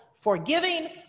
forgiving